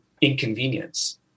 inconvenience